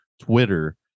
Twitter